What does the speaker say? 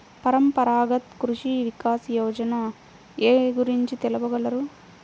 పరంపరాగత్ కృషి వికాస్ యోజన ఏ గురించి తెలుపగలరు?